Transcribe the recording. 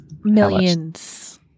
millions